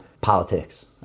politics